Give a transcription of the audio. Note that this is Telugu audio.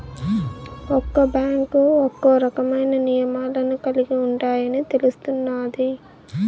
ఒక్క బ్యాంకు ఒక్కో రకమైన నియమాలను కలిగి ఉంటాయని తెలుస్తున్నాది